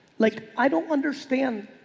like i don't understand.